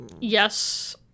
Yes